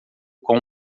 com